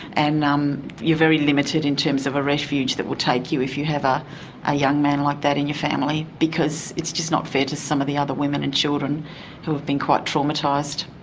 and um you are very limited in terms of a refuge that will take you if you have ah a young man like that in your family because it's just not fair to some of the other women and children who have been quite traumatised.